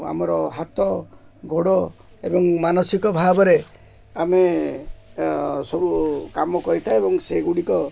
ଆମର ହାତ ଗୋଡ଼ ଏବଂ ମାନସିକ ଭାବରେ ଆମେ ସବୁ କାମ କରିଥାଏ ଏବଂ ସେଗୁଡ଼ିକ